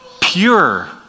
pure